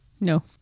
No